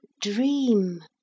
dream